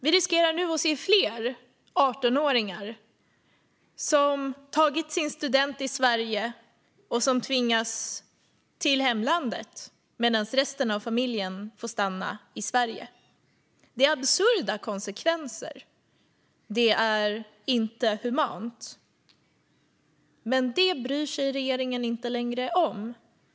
Vi riskerar nu att se fler 18-åringar som tagit studenten i Sverige tvingas till hemlandet, medan resten av familjen får stanna i Sverige. Det är absurda konsekvenser, och det är inte humant. Men det bryr sig regeringen inte längre om.